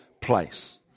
place